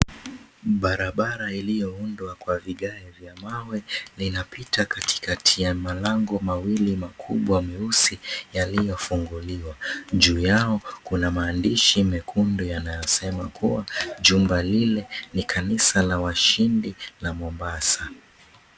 Barabara iliyoundwa kwa vigae vya mawe linapita katikati ya malango mawili makubwa meusi yaliofunguliwa. Juu yao kuna maandishi mekundu yanayosema kuwa jumba lile ni kanisa la washindi la Mombasa.